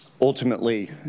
Ultimately